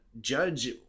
judge